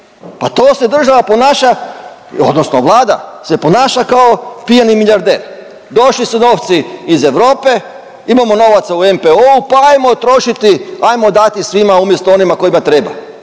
Pa to se država ponaša odnosno Vlada se ponaša kao pijani milijarder. Došli su novci iz Europe. Imamo novaca u NPOO-u pa hajmo trošiti, hajmo dati svima umjesto onima kojima treba.